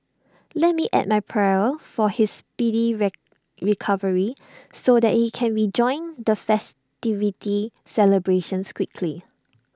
let me add my prayer for his speedy red recovery so that he can rejoin the festivity celebrations quickly